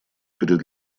перед